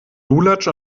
lulatsch